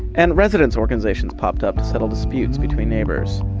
and residents' organizations popped up to settle disputes between neighbours.